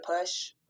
push